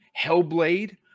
Hellblade